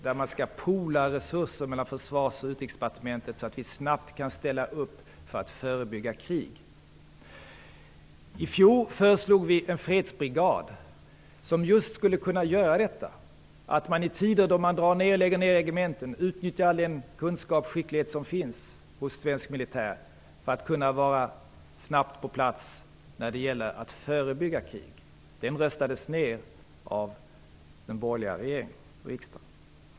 Den innebär att resurserna skall samordnas mellan Försvarsdepartementet och Utrikesdepartementet, så att vi snabbt kan ställa upp för att förebygga krig. I fjol föreslog vi en fredsbrigad. Den skulle just kunna användas på detta sätt. I tider då det dras ned och regementen läggs ner bör den kunskap och skicklighet som finns hos den svenska militären utnyttjas, så att man snabbt kan vara på plats för att förebygga krig. Det förslaget röstades ner av den borgerliga regeringen och riksdagen.